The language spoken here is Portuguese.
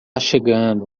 chegando